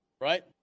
right